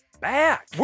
back